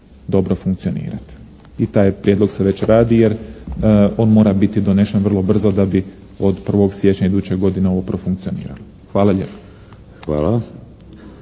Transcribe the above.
dobro funkcionirati. I taj prijedlog se već radi jer on mora biti donesen vrlo brzo da bi od 1. siječnja ove godine ovo profunkcioniralo. Hvala lijepa.